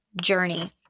journey